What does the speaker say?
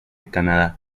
canadá